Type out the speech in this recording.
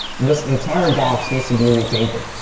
this entire box needs to be repainted,